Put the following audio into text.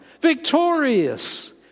Victorious